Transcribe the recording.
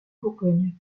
bourgogne